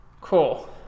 Cool